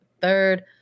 third